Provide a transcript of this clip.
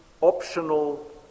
optional